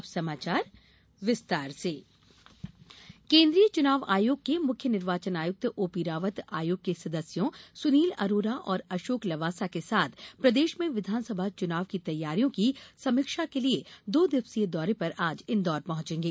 अब समाचार विस्तार से आयोग दौरा केन्द्रीय चुनाव आयोग के मुख्य निर्वाचन आयुक्त ओपी रावत आयोग के सदस्यों सुनील अरोरा और अशोक लवासा के साथ प्रदेश में विधानसभा चुनाव की तैयारियों की समीक्षा के लिए दो द्विवसीय दौरे पर आज इंदौर पहुचेंगे